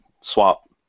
swap